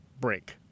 break